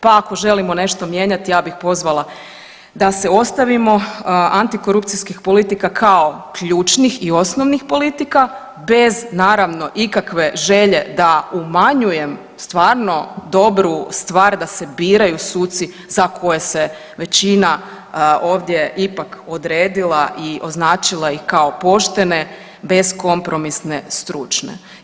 Pa ako želimo nešto mijenjati ja bih pozvala da se ostavimo antikorupcijskih politika kao ključnih i osnovnih politika bez naravno ikakve želje da umanjujem stvarno dobru stvar da se biraju suci za koje se većina ovdje ipak odredila i označila ih kao poštene, beskompromisne, stručne.